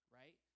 right